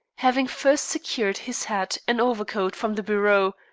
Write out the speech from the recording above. having first secured his hat and overcoat from the bureau,